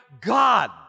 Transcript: God